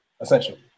Essentially